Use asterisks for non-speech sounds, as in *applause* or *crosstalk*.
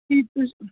ٹھیٖک *unintelligible*